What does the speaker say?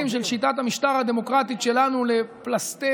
של שיטת המשטר הדמוקרטית שלנו לפלסתר,